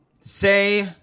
Say